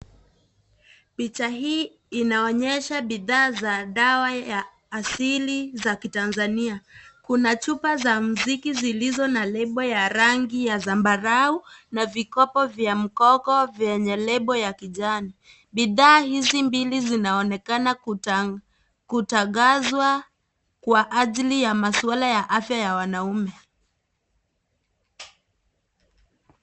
Picha hii inaonyesha bidhaa za dawa ya asili za Kitanzania. Kuna chupa za mziki zilizo na lebo ya rangi ya zambarau na vikopo vya mkogo vyenye lebo ya kijani. Bidhaa hizi mbili zinaonekana kutangazwa kwa ajili ya maswala ya afya ya wanaume.